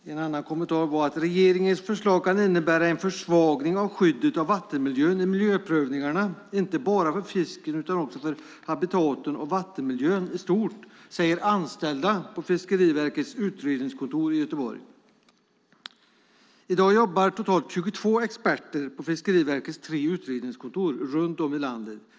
I en annan kommentar framgår att regeringens förslag kan innebära en försvagning av skyddet av vattenmiljön i miljöprövningarna, inte bara för fisken utan också för habitaten och vattenmiljön i stort. Det säger anställda på Fiskeriverkets utredningskontor i Göteborg. I dag jobbar totalt 22 experter på Fiskeriverkets tre utredningskontor runt om i landet.